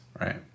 right